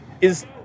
is-